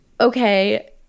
okay